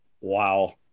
Wow